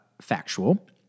factual